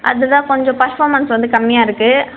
அது தான் கொஞ்சம் பர்ஃபார்மன்ஸ் வந்து கம்மியாக இருக்குது